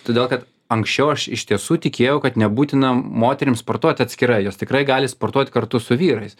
todėl kad anksčiau aš iš tiesų tikėjau kad nebūtina moterims sportuoti atskirai jos tikrai gali sportuoti kartu su vyrais